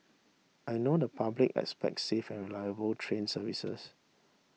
I know the public expects safe and reliable train services